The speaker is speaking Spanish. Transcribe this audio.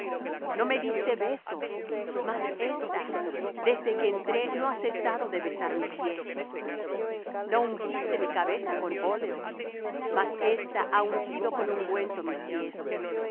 no me diste beso mas ésta desde que entré no ha cesado de besar mis pies no ungiste mi cabeza con óleo mas ésta ha ungido con ungüento mis pies